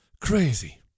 Crazy